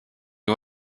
you